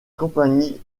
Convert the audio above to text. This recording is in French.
compagnie